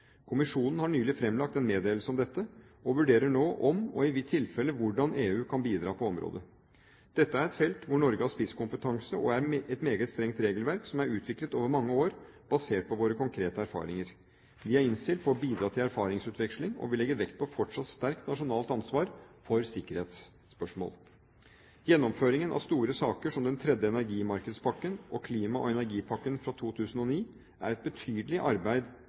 Kommisjonen har nylig fremlagt en meddelelse om dette og vurderer nå om og i tilfelle hvordan EU kan bidra på området. Dette er et felt hvor Norge har spisskompetanse og et meget strengt regelverk som er utviklet over mange år basert på våre konkrete erfaringer. Vi er innstilt på å bidra til erfaringsutveksling, og vil legge vekt på fortsatt sterkt nasjonalt ansvar for sikkerhetsspørsmål. Gjennomføringen av store saker som den tredje energimarkedspakken og klima- og energipakken fra 2009 er et betydelig arbeid